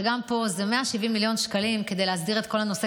שגם פה זה 170 מיליון שקלים כדי להסדיר את כל הנושא,